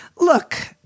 look